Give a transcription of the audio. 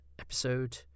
episode